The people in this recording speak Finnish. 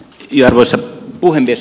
arvoisa puhemies